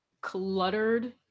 cluttered